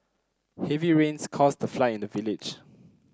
heavy rains caused a fly in the village